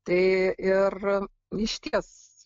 tai ir išties